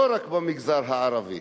לא רק במגזר הערבי.